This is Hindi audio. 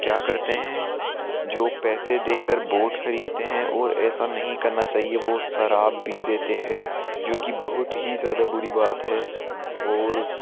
क्या करते हैं जो पैसे देकर वोट खरीदते हैं और ऐसा नहीं करना चाहिए वो शराब भी देते हैं जो कि बहुत ही ज़्यादा बुरी बात है और